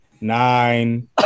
nine